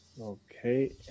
Okay